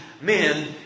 men